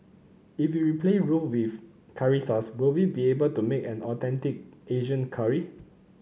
if we replace roux with curry sauce will we be able to make an authentic Asian curry